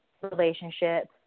relationship